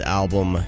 album